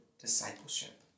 discipleship